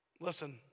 Listen